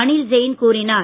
அனில் ஜெயின் கூறினார்